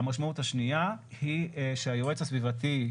המשמעות השנייה היא שהיועץ הסביבתי,